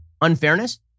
unfairness